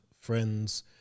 friends